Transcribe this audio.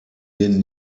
den